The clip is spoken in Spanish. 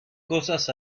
cosas